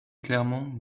clairement